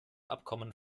abkommen